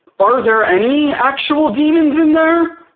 are there any actual demons in there?